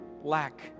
lack